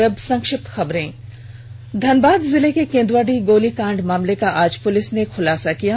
और अब संक्षिप्त खबरें आज धनबाद जिले के केंदुआडीह गोली कांड मामले का पुलिस ने खुलासा कर दिया है